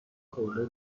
حوله